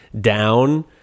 down